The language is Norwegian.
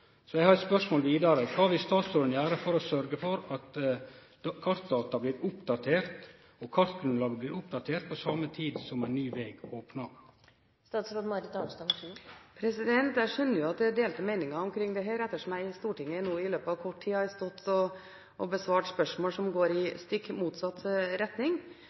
har vidare eit spørsmål: Kva vil statsråden gjere for å sørge for at kartdata og karta ein lagar, blir oppdaterte på same tid som ein ny veg blir opna? Jeg skjønner jo at det er delte meninger om dette, ettersom jeg i Stortinget nå i løpet av kort tid har stått og besvart spørsmål som går i stikk motsatt retning.